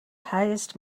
highest